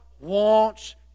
wants